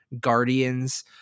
Guardians